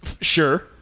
sure